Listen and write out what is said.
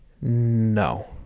No